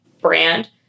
brand